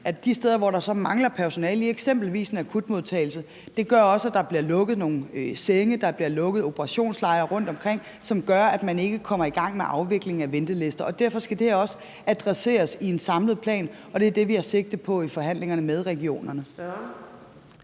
de steder, hvor der mangler personale i eksempelvis en akutmodtagelse, bliver der også lukket nogle senge, der bliver lukket operationslejer rundtomkring, og det gør, at man ikke kommer i gang med afvikling af ventelister. Derfor skal det her også adresseres i en samlet plan, og det er det, vi har sigte på i forhandlingerne med regionerne.